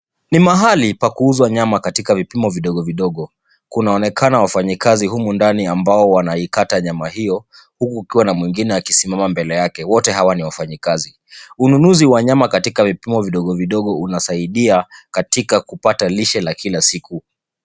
Ni mahali pa kuuzwa nyama katika vipimo vidogo vidogo. Kunaonekana wafanyikazi humu ndani ambao wanaikata nyama hiyo, huku kukiwa na mwingine akisimama mbele yake, wote hawa ni wafanyikazi. Ununuzi wa nyama katika vipimo vidogo vidogo unasaidia katika kupata lishe la kila siku.